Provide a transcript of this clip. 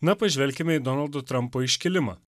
na pažvelkime į donaldo trampo iškilimą